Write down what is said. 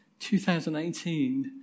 2018